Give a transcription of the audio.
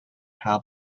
have